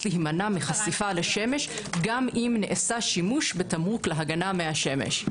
להימנע מחשיפה לשמש גם אם נעשה שימוש בתמרוק להגנה מהשמש.